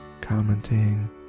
commenting